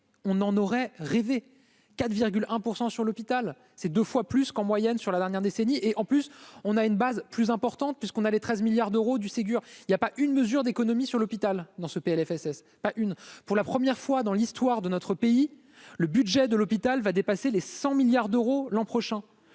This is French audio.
on en aurait rêvé 4 virgule un % sur l'hôpital, c'est 2 fois plus qu'en moyenne sur la dernière décennie, et en plus on a une base plus importante puisqu'on allait 13 milliards d'euros du Ségur il y a pas une mesure d'économies sur l'hôpital, dans ce PLFSS pas une pour la première fois dans l'histoire de notre pays, le budget de l'hôpital va dépasser les 100 milliards d'euros l'an prochain,